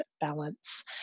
balance